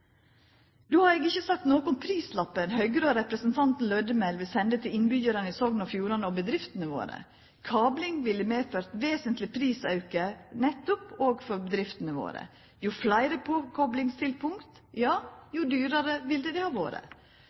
Då har eg ikkje sagt noko om prislappen Høgre og representanten Lødemel vil senda til innbyggjarane i Sogn og Fjordane og bedriftene våre. Kabling ville medført vesentleg prisauke nettopp for bedriftene våre. Jo fleire påkoplingspunkt jo dyrare ville det ha vore.